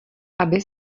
aby